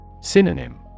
Synonym